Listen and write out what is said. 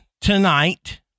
tonight